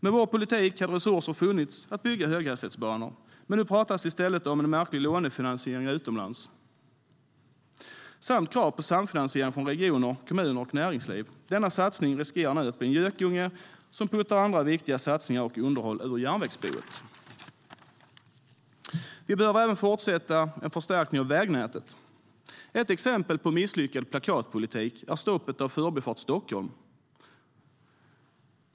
Med vår politik hade resurser funnits att bygga höghastighetsbanor, men nu pratas det i stället om märklig lånefinansiering utomlands samt krav på samfinansiering från regioner, kommuner och näringsliv. Denna satsning riskerar nu att bli en gökunge som puttar andra viktiga satsningar samt underhåll ur järnvägsboet. Vi behöver även fortsätta en förstärkning av vägnätet. Ett exempel på misslyckad plakatpolitik är stoppet av Förbifart Stockholm.